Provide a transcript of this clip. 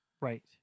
Right